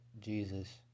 Jesus